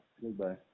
Goodbye